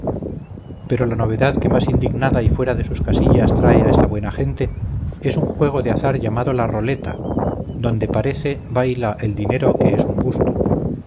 pero la novedad que más indignada y fuera de sus casillas trae a esta buena gente es un juego de azar llamado la roleta donde parece baila el dinero que es un gusto